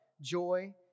joy